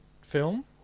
film